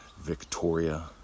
Victoria